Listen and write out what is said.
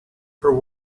her